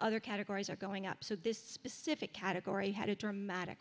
other categories are going up so this specific category had a dramatic